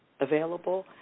available